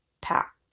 pack